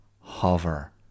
hover